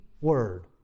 word